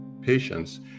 patients